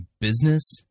business